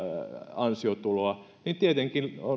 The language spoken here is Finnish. ansiotuloa tietenkin